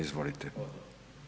Izvolite.